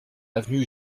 avenue